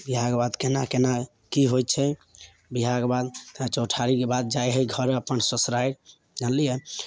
बिआहके बाद केना केना की होइत छै बिआहके बाद चौठारीके बाद जाए हय घरमे अपन ससुरारि जनलियै